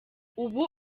ubu